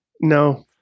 No